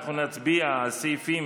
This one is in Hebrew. אנחנו נצביע על סעיפים